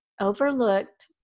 overlooked